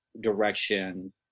direction